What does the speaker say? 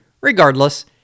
Regardless